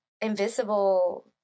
invisible